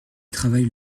travaille